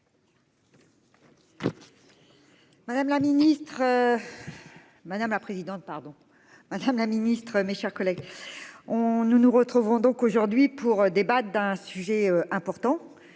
Madame la Ministre, mes chers collègues. On nous nous retrouverons donc aujourd'hui pour débattre d'un sujet important